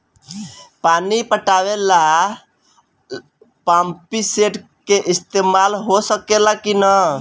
पानी पटावे ल पामपी सेट के ईसतमाल हो सकेला कि ना?